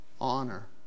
honor